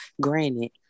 Granted